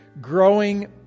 growing